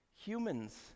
Humans